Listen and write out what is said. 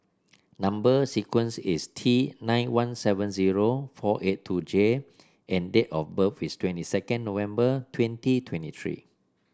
number sequence is T nine one seven zero four eight two J and date of birth is twenty second November twenty twenty three